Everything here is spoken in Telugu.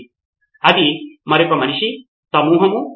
కాబట్టి టీచర్ నోట్స్ అయితే మేము దానిని తీసుకుంటాము సార్